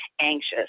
anxious